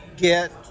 get